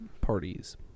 parties